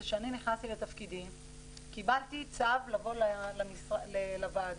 כשנכנסתי לתפקידי קיבלתי צו לבוא לוועדה